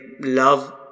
love